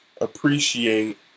appreciate